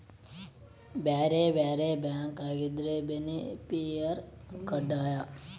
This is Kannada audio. ಬ್ಯಾರೆ ಬ್ಯಾರೆ ಬ್ಯಾಂಕ್ ಆಗಿದ್ರ ಬೆನಿಫಿಸಿಯರ ಕಡ್ಡಾಯ